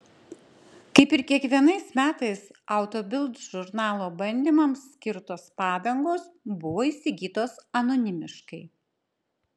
kaip ir kiekvienais metais auto bild žurnalo bandymams skirtos padangos buvo įsigytos anonimiškai